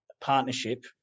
partnership